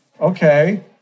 Okay